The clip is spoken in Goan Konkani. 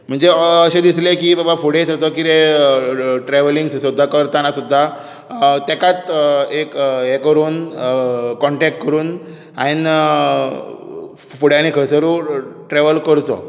म्हणजे अशें दिसलें की बाबा की फुडें समजा किते ट्रॅवलींगस सुद्दां करतना सुद्दां तेकाच एक हें करून काँटेक्ट करून हायेन फुड्यांनूय खंयसरूय ट्रेवल करचो